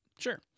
Sure